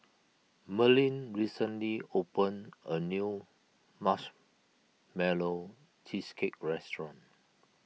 Merlene recently opened a new Marshmallow Cheesecake restaurant